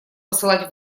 посылать